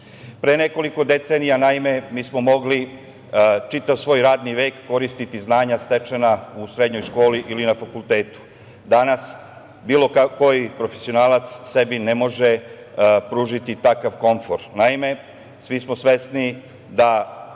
nekoliko decenija, naime, mi smo mogli čitav svoj radni vek koristiti znanja stečena u srednjoj školi ili na fakultetu. Danas bilo koji profesionalac sebi ne može pružiti takav komfor. Naime, svi smo svesni da